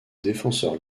défenseur